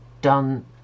done